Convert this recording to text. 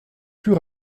plus